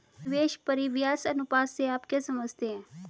निवेश परिव्यास अनुपात से आप क्या समझते हैं?